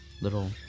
little